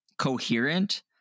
Coherent